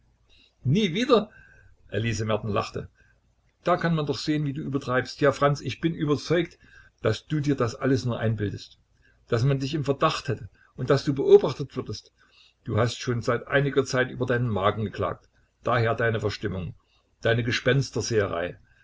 nie wieder elise merten lachte da kann man doch sehen wie du übertreibst ja franz ich bin überzeugt daß du dir das alles nur einbildest daß man dich im verdacht hätte und daß du beobachtest würdest du hast schon seit einiger zeit über deinen magen geklagt daher deine verstimmung deine